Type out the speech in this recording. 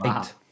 Eight